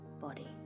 body